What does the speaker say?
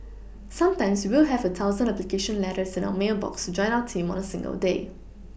sometimes we will have a thousand application letters in our mail box to join our team on a single day